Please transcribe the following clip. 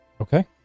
Okay